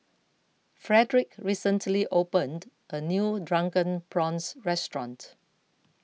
Fredric recently opened a new Drunken Prawns restaurant